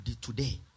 today